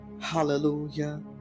Hallelujah